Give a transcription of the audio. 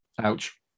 Ouch